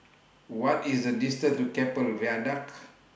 What IS The distance to Keppel Viaduct